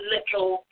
Little